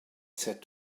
said